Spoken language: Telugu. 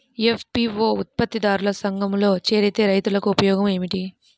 ఎఫ్.పీ.ఓ ఉత్పత్తి దారుల సంఘములో చేరితే రైతులకు ఉపయోగము ఏమిటి?